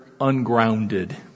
ungrounded